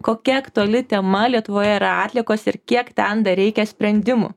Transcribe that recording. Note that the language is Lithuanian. kokia aktuali tema lietuvoje yra atliekos ir kiek ten dar reikia sprendimų